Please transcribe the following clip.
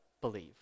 believe